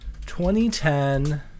2010